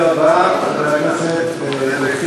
הדובר הבא, חבר הכנסת חיליק